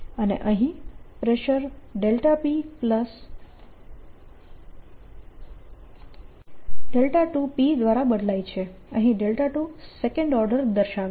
અને અહીં pressure p2p દ્વારા બદલાય છે અહીં 2 સેકન્ડ ઓર્ડર દર્શાવે છે